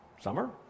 summer